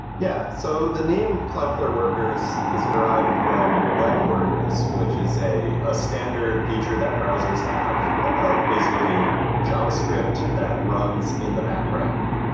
yeah. so the name cloudflare workers is derived from web workers, which is a ah standard feature that browsers have of basically javascript that runs in the background,